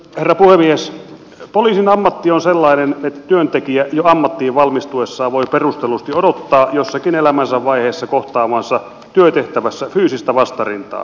poliisin ammatti on sellainen että työntekijä jo ammattiin valmistuessaan voi perustellusti odottaa jossakin elämänsä vaiheessa kohtaavansa työtehtävässä fyysistä vastarintaa